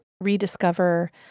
rediscover